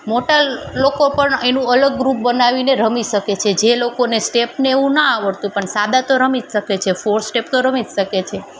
મોટા લોકો પણ એનું અલગ ગ્રૂપ બનાવીને રમી શકે છે જે લોકોને સ્ટેપને એવું ના આવડતું પણ સાદા તો રમી જ શકે છે ફોર સ્ટેપ તો રમી જ શકે છે